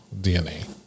DNA